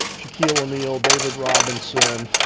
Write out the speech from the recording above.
shaquille o'neal, david robinson,